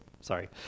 sorry